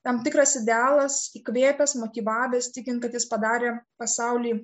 tam tikras idealas įkvėpęs motyvavęs tikint kad jis padarė pasaulį